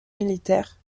militaires